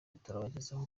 turabagezaho